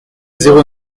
zéro